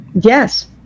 Yes